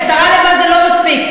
משטרה לבד זה לא מספיק.